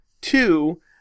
two